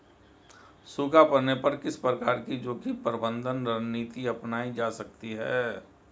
सूखा पड़ने पर किस प्रकार की जोखिम प्रबंधन रणनीति अपनाई जा सकती है?